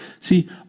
See